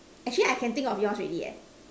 actually I can think of yours already eh